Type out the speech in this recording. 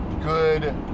good